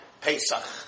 Pesach